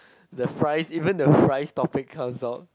the fries even the fries topic comes out